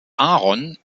aaron